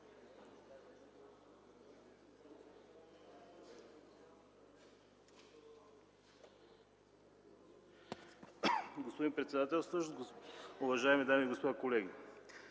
Господин председателстващ, уважаеми дами и господа, колеги!